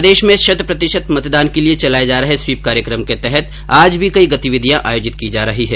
प्रदेश में शत प्रतिशत मतदान के लिए चलाए जा रहे स्वीप कार्यक्रम के तहत आज भी कई गतिविधियां आयोजित की जा रही है